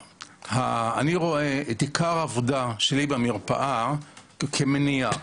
אני רואה את עיקר העבודה שלי במרפאה, כמניעה.